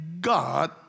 God